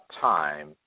time